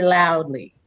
loudly